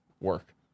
work